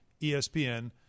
ESPN